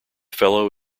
fellow